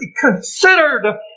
considered